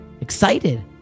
excited